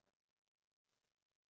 you name it